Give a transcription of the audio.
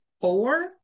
four